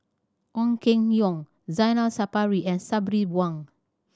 Ong Keng Yong Zainal Sapari and Sabri Buang